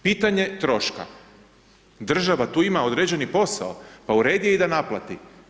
Pitanje troška, država tu ima određeni posao, pa u redu je da i naplati.